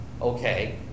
okay